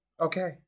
Okay